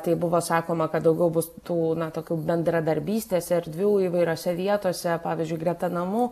tai buvo sakoma kad daugiau bus tų na tokių bendradarbystės erdvių įvairiose vietose pavyzdžiui greta namų